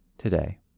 today